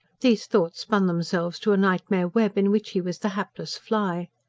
these thoughts spun themselves to a nightmare-web, in which he was the hapless fly.